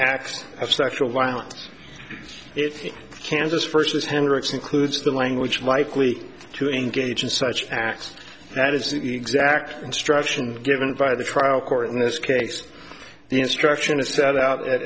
acts of sexual violence it's kansas first as hendricks includes the language likely to engage in such acts that is the exact instruction given by the trial court in this case the instruction to set out